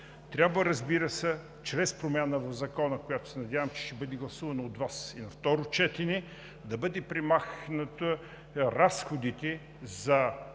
трябва, разбира се, чрез промяна в Закона, която се надявам, че ще бъде гласувана от Вас и на второ четене, да бъдат премахнати разходите за